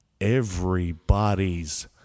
everybody's